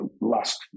last